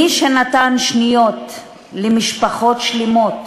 מי שנתן שניות למשפחות שלמות